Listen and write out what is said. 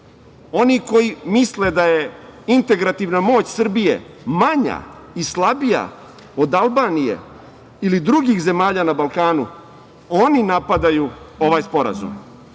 Oni koji misle da je integrativna moć Srbije manja i slabija od Albanije ili drugih zemalja na Balkanu, oni napadaju ovaj sporazum.